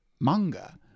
manga